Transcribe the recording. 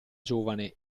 giovane